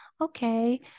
Okay